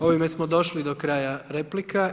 Ovime smo došli do kraja replika.